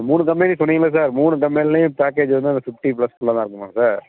மூணு கம்பெனி சொன்னீங்கள்லை சார் மூணு கம்பெனிலையுமே பேக்கேஜ் வந்து அந்த ஃபிஃப்ட்டி ப்ளஸில் தான் இருக்குமா சார்